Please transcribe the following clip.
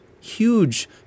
huge